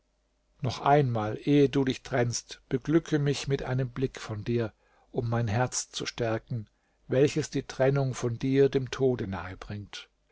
noch einmal ehe du dich trennst beglücke mich mit einem blick von dir um mein herz zu stärken welches die trennung von dir dem tode nahe bringt